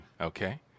okay